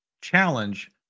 challenge